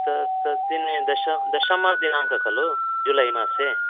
तत् तद्दिने दश दशमदिनाङ्कः खलु जुलैमासे